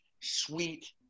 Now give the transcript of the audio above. sweet